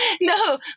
No